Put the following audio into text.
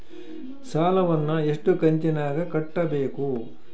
ಸಾಲವನ್ನ ಎಷ್ಟು ಕಂತಿನಾಗ ಕಟ್ಟಬೇಕು?